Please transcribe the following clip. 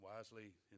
Wisely